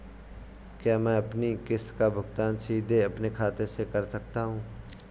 क्या मैं अपनी किश्त का भुगतान सीधे अपने खाते से कर सकता हूँ?